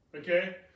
Okay